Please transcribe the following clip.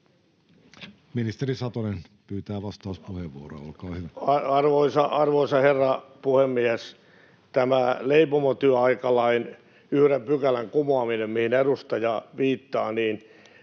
Ministeri Satonen pyytää vastauspuheenvuoroa, olkaa hyvä. Arvoisa herra puhemies! Tämä leipomotyöaikalain yhden pykälän kumoaminen, mihin edustaja viittaa, on